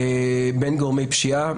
בין גורמי פשיעה,